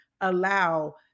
allow